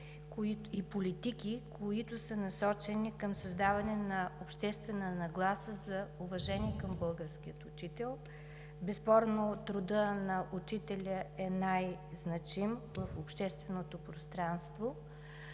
и политики, които са насочени към създаване на обществена нагласа за уважение към българския учител. Безспорно трудът на учителя е най-значим в общественото пространство.